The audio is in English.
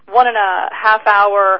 one-and-a-half-hour